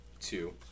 Two